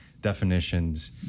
definitions